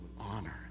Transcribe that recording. honor